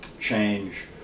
change